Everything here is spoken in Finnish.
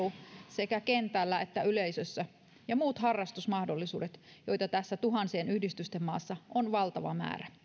sekä kentällä että yleisössä ja muut harrastusmahdollisuudet joita tässä tuhansien yhdistysten maassa on valtava määrä